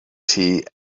tea